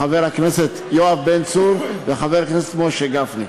חבר הכנסת יואב בן צור וחבר הכנסת משה גפני.